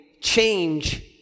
change